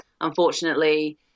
Unfortunately